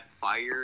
fire